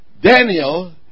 Daniel